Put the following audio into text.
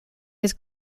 his